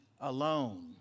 alone